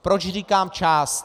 Proč říkám část.